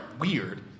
weird